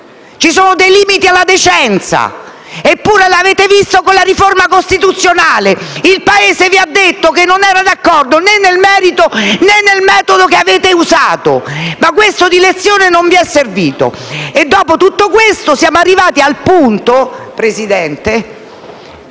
ci sono dei limiti alla decenza. Eppure l'avete visto con la riforma costituzionale: il Paese vi ha detto che non era d'accordo né nel merito, né nel metodo che avete usato. Ma questo non vi è servito di lezione. E dopo tutto questo siamo arrivati al punto, signor Presidente,